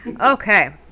Okay